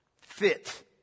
Fit